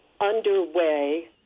underway